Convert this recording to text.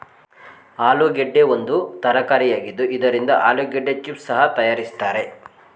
ಆಲೂಗೆಡ್ಡೆ ಒಂದು ತರಕಾರಿಯಾಗಿದ್ದು ಇದರಿಂದ ಆಲೂಗೆಡ್ಡೆ ಚಿಪ್ಸ್ ಸಹ ತರಯಾರಿಸ್ತರೆ